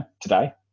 today